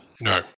No